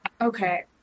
Okay